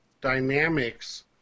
dynamics